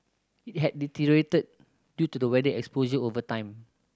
it had deteriorated due to the weather exposure over time